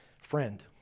Friend